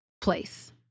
place